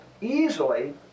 easily